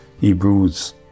Hebrews